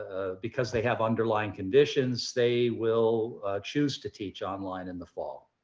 ah because they have underlying conditions, they will choose to teach online in the fall.